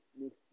next